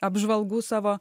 apžvalgų savo